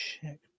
check